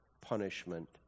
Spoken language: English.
punishment